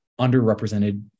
underrepresented